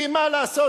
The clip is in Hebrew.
כי מה לעשות,